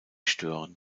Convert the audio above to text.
stören